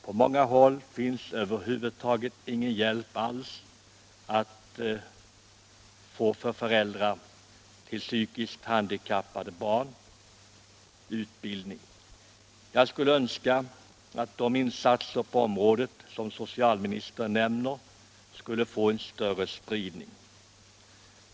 På många håll finns över huvud taget ingen hjälp alls att få för föräldrar till psykiskt handikappade barns utbildning. Jag skulle önska att de insatser på området som socialministern nämner skulle få en större spridning.